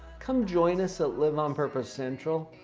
come join us at live on purpose central.